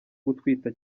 gutwita